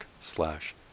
slash